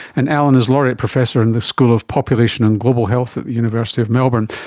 and alan is laureate professor in the school of population and global health at the university of melbourne.